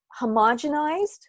homogenized